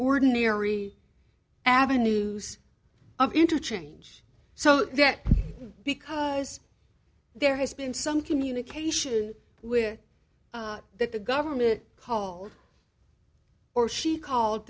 ordinary avenues of interchange so that because there has been some communication with that the government call or she called